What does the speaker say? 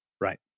right